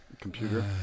computer